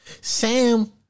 Sam